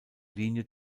linie